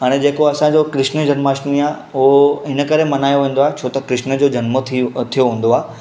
हाणे जेको असांजो कृष्ण जनमाष्टमी आ्हे उहो इनकरे मल्हायो वेंदो आहे छो त कृष्न जो जनमु थी थियो हूंदो आहे